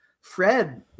Fred